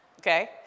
okay